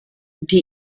die